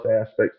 aspects